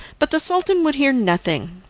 but the sultan would hear nothing.